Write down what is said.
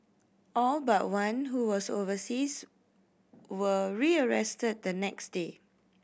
all but one who was overseas were rearrested the next day